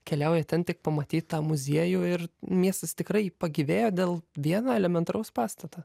keliauja ten tik pamatyt tą muziejų ir miestas tikrai pagyvėjo dėl vieno elementaraus pastato